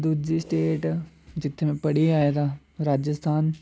दूजी स्टेट जित्थे मै पढ़ियै आए दा राजस्थान